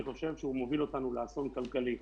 אני חושב שהוא מוביל אותנו לאסון כלכלי,